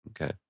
Okay